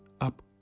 up